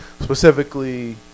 Specifically